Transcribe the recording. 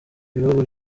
ibihugu